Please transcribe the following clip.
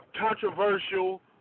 controversial